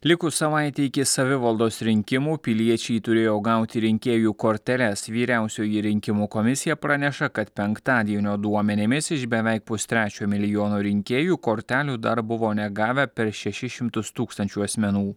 likus savaitei iki savivaldos rinkimų piliečiai turėjo gauti rinkėjų korteles vyriausioji rinkimų komisija praneša kad penktadienio duomenimis iš beveik pustrečio milijono rinkėjų kortelių dar buvo negavę per šešis šimtus tūkstančių asmenų